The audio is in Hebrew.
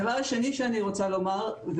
דבר שני שאני רוצה לומר,